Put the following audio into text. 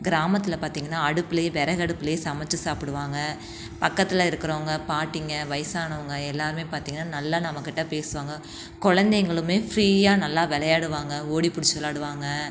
கிராமத்தில் பார்த்திங்கன்னா அடுப்பில் விறகடுப்பில் சமைத்து சாப்பிடுவாங்க பக்கத்தில் இருக்கிறவங்க பாட்டிங்க வயசானவங்க எல்லோருமே பார்த்திங்கன்னா நல்லா நம்மகிட்ட பேசுவாங்க குழந்தைங்களுமே ஃப்ரீயாக நல்லா விளையாடுவாங்க ஓடி பிடிச்சி விளையாடுவாங்க